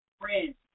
friends